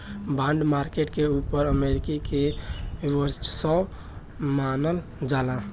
bond market के ऊपर America के वर्चस्व मानल जाला